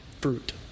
fruit